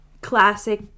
classic